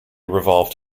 revolved